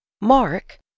Mark